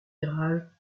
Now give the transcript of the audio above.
virages